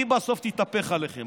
היא בסוף תתהפך עליכם.